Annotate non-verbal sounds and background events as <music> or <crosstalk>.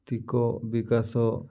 <unintelligible> ବିକାଶ